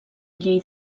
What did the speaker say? llei